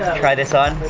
try this on.